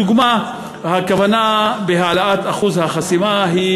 דוגמה: הכוונה בהעלאת אחוז החסימה היא